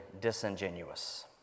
disingenuous